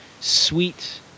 sweet